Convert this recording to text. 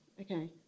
Okay